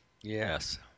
Yes